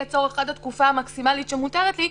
הצורך עד התקופה המקסימלית שמותרת לי,